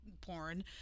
porn